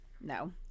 No